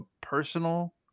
personal